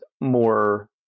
more